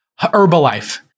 Herbalife